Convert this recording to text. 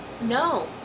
No